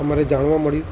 અમારે જાણવા મળ્યું